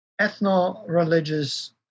ethno-religious